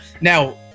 now